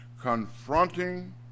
confronting